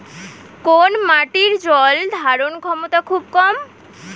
কোন মাটির জল ধারণ ক্ষমতা খুব কম?